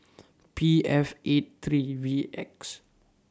P F eight three V X